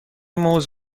موز